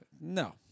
No